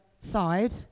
side